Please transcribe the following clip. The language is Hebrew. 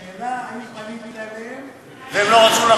השאלה, האם פנית אליהם והם לא רצו לחתום.